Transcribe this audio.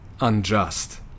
unjust